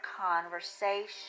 conversation